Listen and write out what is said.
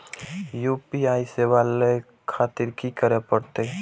UPI सेवा ले खातिर की करे परते?